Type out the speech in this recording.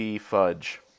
fudge